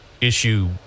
issue